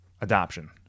adoption